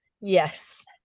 Yes